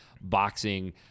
boxing